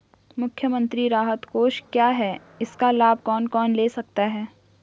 मुख्यमंत्री राहत कोष क्या है इसका लाभ कौन कौन ले सकता है?